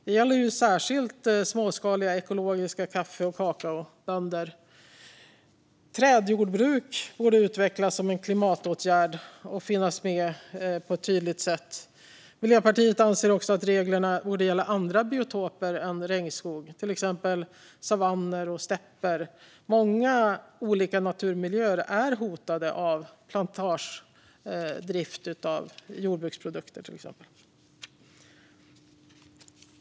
Det gäller särskilt småskaliga ekologiska kaffe och kakaobönder. Trädjordbruk borde utvecklas som en klimatåtgärd och finnas med på ett tydligt sätt. Miljöpartiet anser också att reglerna borde gälla andra biotoper än regnskog, till exempel savanner och stäpper. Det finns många olika naturmiljöer som hotas av plantagedrift när det gäller till exempel jordbruksprodukter.